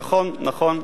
נכון, נכון.